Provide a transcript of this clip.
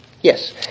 Yes